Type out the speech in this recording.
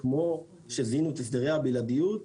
כמו שזיהינו את הסדרי הבלעדיות,